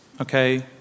okay